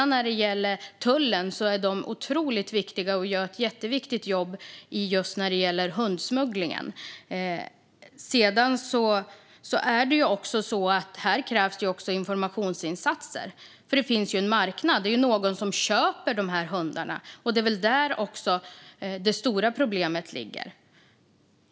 När det gäller tullen är tjänstemännen där otroligt viktiga och gör ett jätteviktigt jobb just när det gäller hundsmugglingen. Här krävs också informationsinsatser, för det finns ju en marknad. Det är någon som köper de här hundarna, och det är där som det stora problemet ligger.